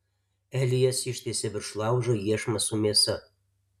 elijas ištiesia virš laužo iešmą su mėsa